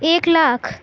ایک لاکھ